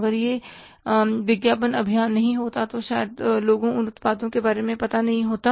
अगर वह विज्ञापन अभियान नहीं होता तो शायद लोगों उन उत्पादों के बारे में पता नहीं होता